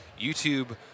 YouTube